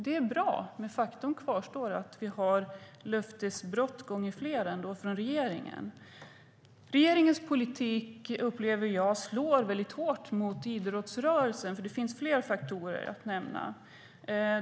Det är bra, men faktum kvarstår att vi har löftesbrott gånger flera från regeringen. Jag upplever att regeringens politik slår väldigt hårt mot idrottsrörelsen. Det finns nämligen fler faktorer att nämna.